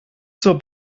zur